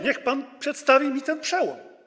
Niech pan przedstawi mi ten przełom.